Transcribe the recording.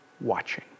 watching